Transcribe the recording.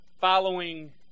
following